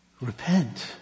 repent